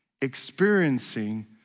experiencing